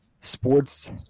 sports